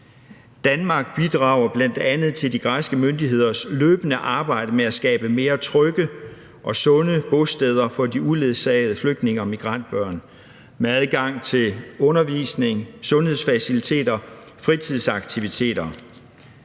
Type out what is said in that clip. Danmark bidrager bl.a. til de græske myndigheders løbende arbejde med at skabe mere trygge og sunde bosteder for de uledsagede flygtninge- og migrantbørn med adgang til undervisning, sundhedsfaciliteter og fritidsaktiviteter.